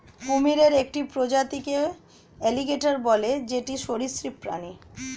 কুমিরের একটি প্রজাতিকে এলিগেটের বলে যেটি সরীসৃপ প্রাণী